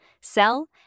sell